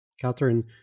Catherine